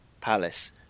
Palace